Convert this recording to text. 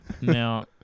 Now